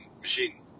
machine